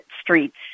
streets